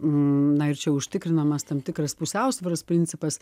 na ir čia užtikrinamas tam tikras pusiausvyros principas